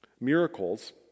Miracles